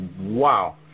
wow